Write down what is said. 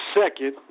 second